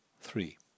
Three